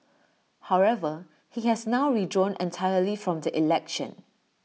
however he has now withdrawn entirely from the election